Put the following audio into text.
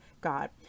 God